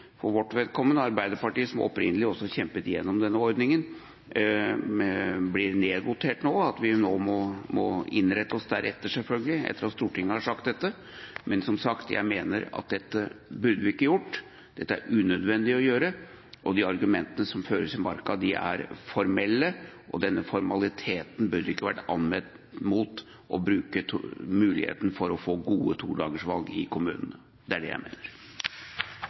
for vårt vedkommende – Arbeiderpartiet, som opprinnelig kjempet igjennom denne ordningen – nå blir nedvotert, og at vi selvfølgelig må innrette oss deretter etter at Stortinget har sagt dette. Men jeg mener som sagt at vi ikke burde gjort dette. Det er unødvendig å gjøre det, og argumentene som føres i marka, er formelle, og denne formaliteten burde ikke vært anvendt mot å bruke muligheten til å få gode todagersvalg i kommunene. Det er det jeg mener.